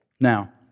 Now